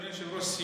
אדוני היושב-ראש,